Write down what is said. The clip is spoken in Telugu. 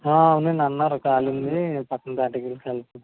అవునండి అన్నారు కాలింది పక్కన డాక్టర్ దగ్గరికి